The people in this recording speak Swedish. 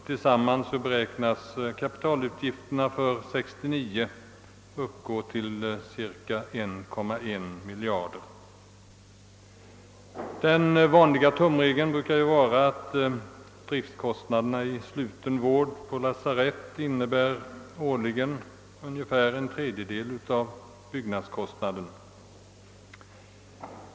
Tillsammans beräknas kapitalutgifterna för vårdändamål för 1969 uppgå till cirka 1,1 miljard. Den vanliga tumregeln brukar ju vara att de årliga driftkostnaderna för sluten vård på lasarett uppgår till ungefär en tredjedel av byggnadskostnaderna.